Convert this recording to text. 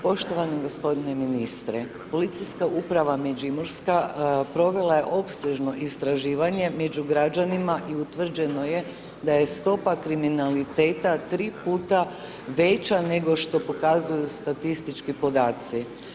Poštovani g. ministre, Policijska uprava Međimurska provela je opsežno istraživanje među građanima i utvrđeno je da je stopa kriminaliteta tri puta veća, nego što pokazuju statistički podaci.